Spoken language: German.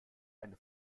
eine